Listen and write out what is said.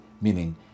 meaning